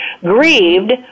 grieved